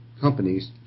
companies